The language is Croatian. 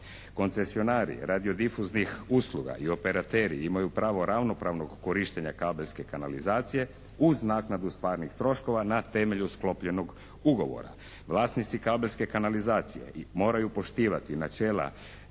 Koncesionari, radiodifuznih usluga i operateri imaju pravo ravnopravnog korištenja kabelske kanalizacije uz naknadu stvarnih troškova na temelju sklopljenog ugovora. Vlasnici kabelske kanalizacije moraju poštivati načela